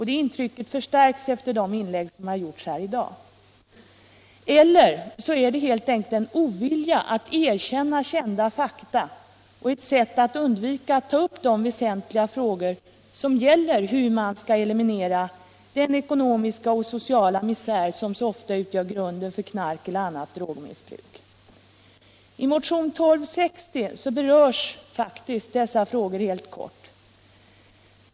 Det intrycket förstärks efter de inlägg som har gjorts här i dag. Eller också är det helt enkelt en ovilja att erkänna kända fakta och ett sätt att undvika att ta upp de väsentliga frågor som gäller hur man skall eliminera den ekonomiska och sociala misär som så ofta utgör grunden för knarkeller annat drogmissbruk. I motionen 1260 berörs faktiskt dessa frågor, helt kort.